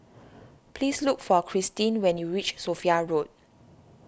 please look for Christeen when you reach Sophia Road